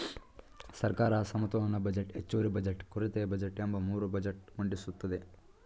ಸರ್ಕಾರ ಸಮತೋಲನ ಬಜೆಟ್, ಹೆಚ್ಚುವರಿ ಬಜೆಟ್, ಕೊರತೆಯ ಬಜೆಟ್ ಎಂಬ ಮೂರು ಬಜೆಟ್ ಮಂಡಿಸುತ್ತದೆ